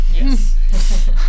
Yes